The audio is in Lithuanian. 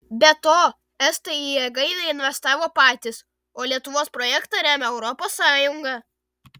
be to estai į jėgainę investavo patys o lietuvos projektą remia europos sąjunga